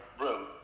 room